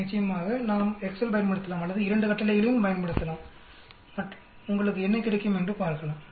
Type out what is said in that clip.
நிச்சயமாக நாம் எக்செல் பயன்படுத்தலாம் அல்லது இரண்டு கட்டளைகளையும் பயன்படுத்தலாம் மற்றும் உங்களுக்கு என்ன கிடைக்கும் என்று பார்க்கலாம்